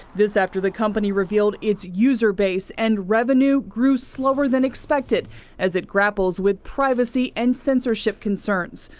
this after the company revealed its user base and revenue grew slower than expected as it grapples with privacy and censorship concerns.